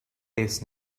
days